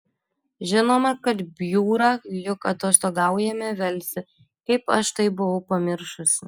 žinoma kad bjūra juk atostogaujame velse kaip aš tai buvau pamiršusi